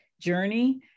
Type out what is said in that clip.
journey